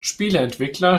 spieleentwickler